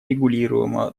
регулируемого